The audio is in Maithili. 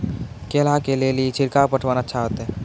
केला के ले ली छिड़काव पटवन अच्छा होते?